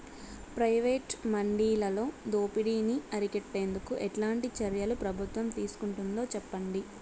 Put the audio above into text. Private మండీలలో దోపిడీ ని అరికట్టేందుకు ఎట్లాంటి చర్యలు ప్రభుత్వం తీసుకుంటుందో చెప్పండి?